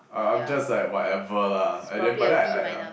uh I'm just like whatever lah I didn't but then I I ah